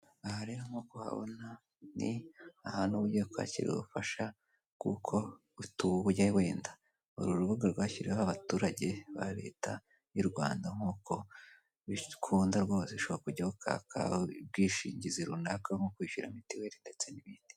Aha rero nk'uko uhabona ni ahantu uba ugiye kwakira kuko butubye wenda uru rubuga rwashyiriweho abaturage ba Leta b'i Rwanda nk'uko bikunda rwose ushobora kujyaho ukaka ubwishingize runaka nko kwishyura Mituelle n'ibindi.